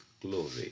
glory